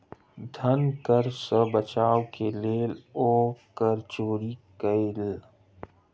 धन कर सॅ बचाव के लेल ओ कर चोरी कयलैन